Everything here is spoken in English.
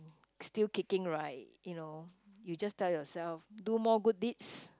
still kicking right you know you just tell yourself do more good deeds